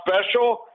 special